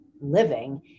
living